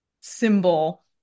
symbol